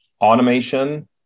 automation